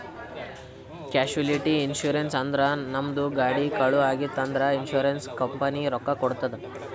casualty insurance ಅಂದುರ್ ನಮ್ದು ಗಾಡಿ ಕಳು ಆಗಿತ್ತ್ ಅಂದ್ರ ಇನ್ಸೂರೆನ್ಸ್ ಕಂಪನಿ ರೊಕ್ಕಾ ಕೊಡ್ತುದ್